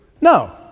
No